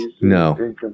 No